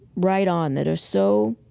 right on, that are so